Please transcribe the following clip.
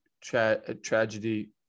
tragedy